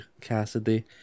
Cassidy